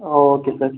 O okay sir